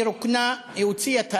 היא רוקנה, היא הוציאה את